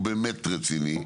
הוא באמת רציני.